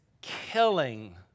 killing